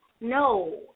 no